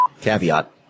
Caveat